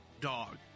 dog